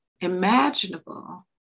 imaginable